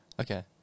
okay